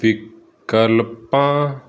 ਵਿਕਲਪਾਂ